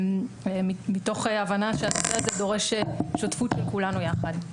תוך הבנה שהנושא הזה דורש שותפות לכולנו יחד.